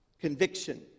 Conviction